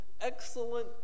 Excellent